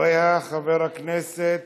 אחריה, חבר הכנסת